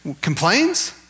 Complains